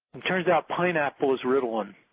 it turns out pineapple is ritalin.